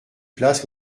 place